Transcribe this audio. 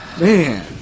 Man